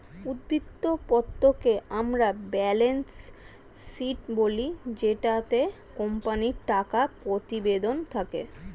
উদ্ধৃত্ত পত্রকে আমরা ব্যালেন্স শীট বলি জেটাতে কোম্পানির টাকা প্রতিবেদন থাকে